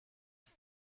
ist